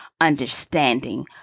understanding